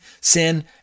sin